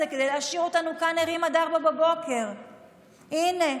כדי להשאיר אותנו כאן ערים עד 04:00. הינה,